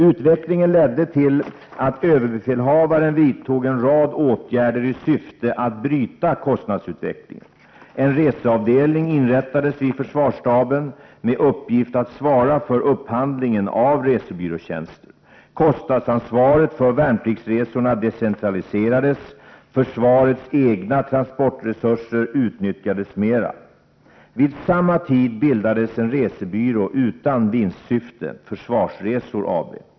Utvecklingen ledde till att överbefälhavaren vidtog en rad åtgärder i syfte att bryta kostnadsutvecklingen. En reseavdelning inrättades vid försvarsstaben, med uppgift att svara för upphandlingen av resebyråtjänster. Kostnadsansvaret för värnpliktsresorna decentraliserades. Försvarets egna transportresurser utnyttjades mera. Vid samma tid bildades en resebyrå utan vinstsyfte, Försvarsresor AB.